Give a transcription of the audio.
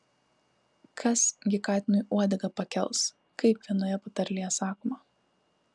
kas gi katinui uodegą pakels kaip vienoje patarlėje sakoma